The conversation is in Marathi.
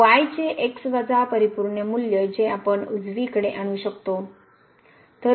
y चे x वजा परिपूर्ण मूल्य जे आपण उजवीकडे आणू शकतो